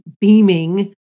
Beaming